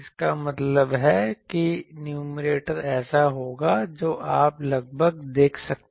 इसका मतलब है कि न्यूमैरेटर ऐसा होगा जो आप लगभग देख सकते हैं